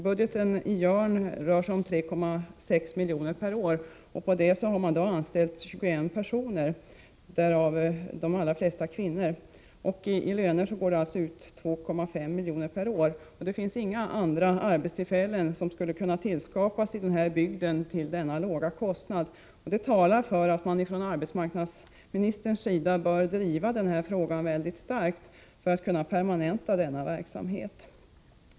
Budgeten i Jörn rör sig om 3,6 milj.kr. per år och på detta har man anställt 21 personer, varav de allra flesta kvinnor. I löner går ut 2,5 milj.kr. per år. Inga andra arbetstillfällen skulle kunna skapas i denna bygd till så låg kostnad. Det talar för att arbetsmarknadsministern bör driva denna fråga starkt för att kunna permanenta denna verksamhet.